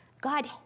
God